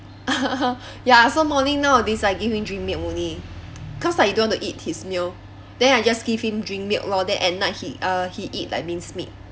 ya so morning nowadays I give him drink milk only cause like he don't want to eat his meal then I just give him drink milk lor then at night he uh he eat like mince meat